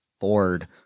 bored